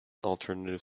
alternative